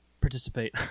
participate